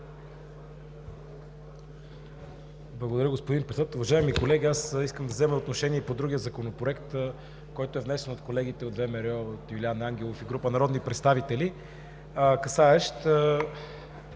Благодаря, господин Председател.